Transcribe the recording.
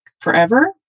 forever